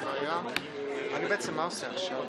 מה יש לכם שם?